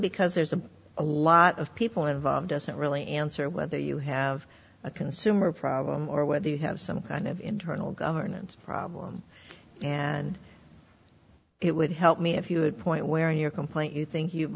because there's a a lot of people involved doesn't really answer whether you have a consumer problem or whether you have some internal governance problem and it would help me if you would point where in your complaint you think you